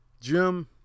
Jim